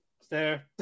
Stare